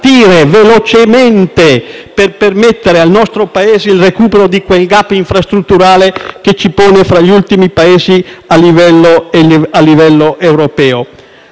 ripartire velocemente per permettere al nostro Paese il recupero di quel *gap* infrastrutturale che ci pone fra gli ultimi paesi a livello europeo.